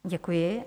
Děkuji.